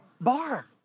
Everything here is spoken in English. bar